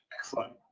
Excellent